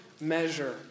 measure